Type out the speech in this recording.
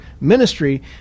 ministry